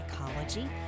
psychology